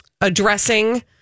addressing